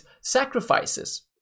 sacrifices